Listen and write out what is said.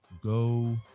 go